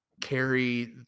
carry